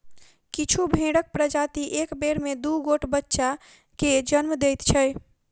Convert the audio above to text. किछु भेंड़क प्रजाति एक बेर मे दू गोट बच्चा के जन्म दैत छै